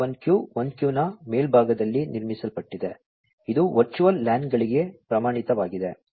1Q 1Q ನ ಮೇಲ್ಭಾಗದಲ್ಲಿ ನಿರ್ಮಿಸಲ್ಪಟ್ಟಿದೆ ಇದು ವರ್ಚುವಲ್ LAN ಗಳಿಗೆ ಪ್ರಮಾಣಿತವಾಗಿದೆ ಮತ್ತು 802